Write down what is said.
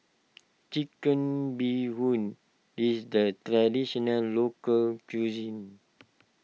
Chicken Bee Hoon is the Traditional Local Cuisine